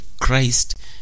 Christ